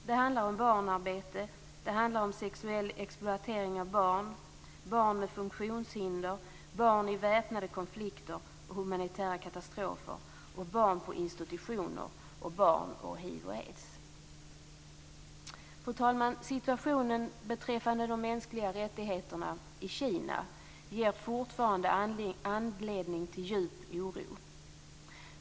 Det handlar om barnarbete, sexuell exploatering av barn, barn med funktionshinder, barn i väpnade konflikter och humanitära katastrofer, barn på institutioner samt barn och hiv och aids. Fru talman! Situationen beträffande de mänskliga rättigheterna i Kina ger fortfarande anledning till djup oro.